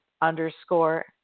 Underscore